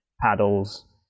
paddles